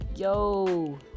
Yo